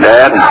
Dad